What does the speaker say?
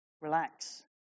Relax